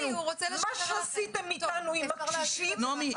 מה שעשיתם איתנו עם הקשישים -- נעמי,